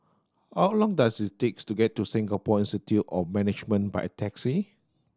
how long does it takes to get to Singapore Institute of Management by taxi